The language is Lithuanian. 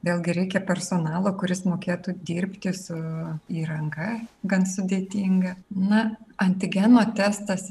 vėlgi reikia personalo kuris mokėtų dirbti su įranga gan sudėtinga na antigeno testas